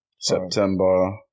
September